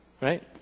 right